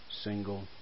single